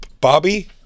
Bobby